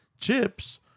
Chips